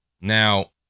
Now